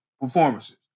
performances